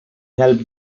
helped